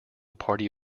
party